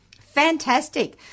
Fantastic